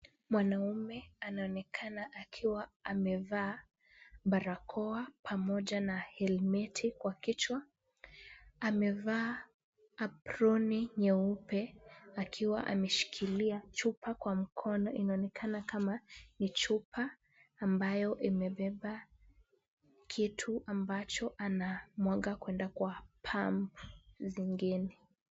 Mwanamume anaonekana akiwa amevaa barakoa pamoja na helmeti kwa kichwa. Amevaa aproni nyeupe akiwa ameshikilia chupa kwa mkono, inaonekana kama ni chupa ambayo imebeba kitu ambacho anamwaga kuenda kwa pump zingine.